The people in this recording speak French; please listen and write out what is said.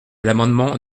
l’amendement